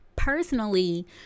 Personally